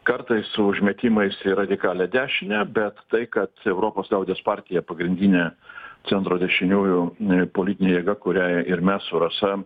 kartais su užmetimais į radikalią dešinę bet tai kad europos liaudies partija pagrindinė centro dešiniųjų politinė jėga kurią ir mes su rasa